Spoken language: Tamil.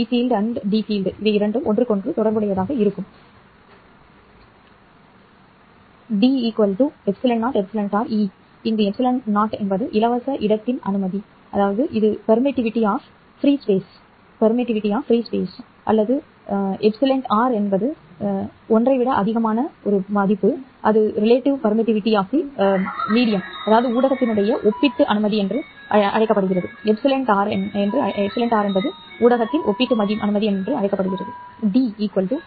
́́D ε0εr E இங்கு ε0 என்பது இலவச இடத்தின் அனுமதி 1 அல்லது 1 ஐ விட அதிகமாக இருந்தால் அது ஊடகத்தின் ஒப்பீட்டு அனுமதி என அழைக்கப்படுகிறது எனவே உங்களிடம் ஒப்பீட்டு அனுமதியுடன் ஒரு ஊடகம் இருந்தால் εr என்றால் ́D ε0εr